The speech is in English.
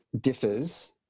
differs